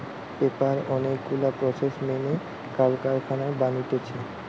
paper অনেক গুলা process মেনে কারখানায় বানাতিছে